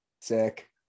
Sick